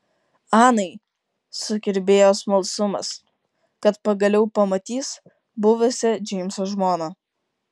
anai sukirbėjo smalsumas kad pagaliau pamatys buvusią džeimso žmoną